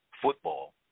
football